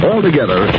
Altogether